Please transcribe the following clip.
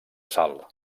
sal